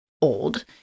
old